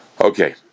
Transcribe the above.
Okay